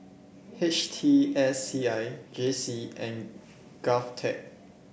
H T S C I J C and Govtech